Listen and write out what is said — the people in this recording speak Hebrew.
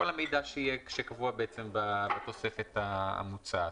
כל המידע שקבוע בתוספת המוצעת.